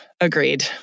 agreed